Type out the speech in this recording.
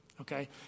okay